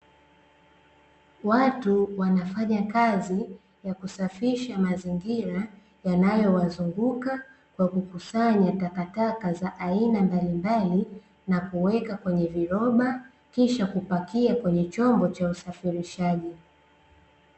Watu wanafanya kazi ya kusafisha mazingira yanayowazunguka kwa kukusanya takataka za aina mbalimbali na kuweka kwenye viroba, kisha kupakia kwenye chombo cha usafirishaji.